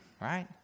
right